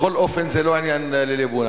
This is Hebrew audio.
בכל אופן, זה לא עניין לליבון.